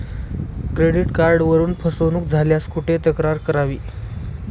Credit कार्डवरून फसवणूक झाल्यास कुठे तक्रार करावी?